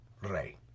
Rey